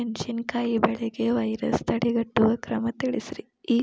ಮೆಣಸಿನಕಾಯಿ ಬೆಳೆಗೆ ವೈರಸ್ ತಡೆಗಟ್ಟುವ ಕ್ರಮ ತಿಳಸ್ರಿ